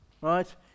right